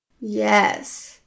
yes